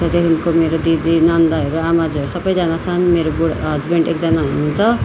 त्यहाँदेखिको मेरो दिदी नन्दहरू आमाज्यूहरू सबैजना छन् मेरो बुढा हसबेन्ड एकजना हुनु हुन्छ